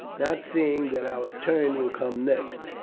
not seeing that our turn will come next.